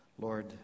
Lord